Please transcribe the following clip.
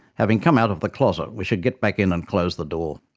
having come out of the closet, we should get back in and close the door.